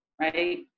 right